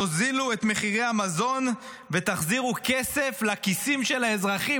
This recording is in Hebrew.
תורידו את מחירי המזון ותחזירו כסף לכיסים של האזרחים,